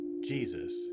Jesus